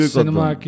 Cinema